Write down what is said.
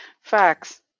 Facts